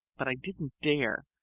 but i didn't dare,